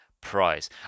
prize